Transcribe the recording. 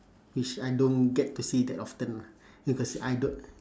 which I don't get to see that often lah because I don't